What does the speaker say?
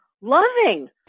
Loving